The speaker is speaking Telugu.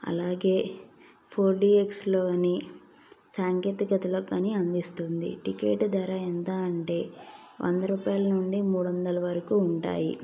అలాగే ఫోర్డిఎక్స్లోని సాంకేతికతలో కానీ అందిస్తుంది టికెట్ ధర ఎంత అంటే వంద రూపాయల నుండి మూడొందల వరకు ఉంటాయి